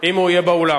אם הוא יהיה באולם.